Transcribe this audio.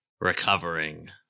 recovering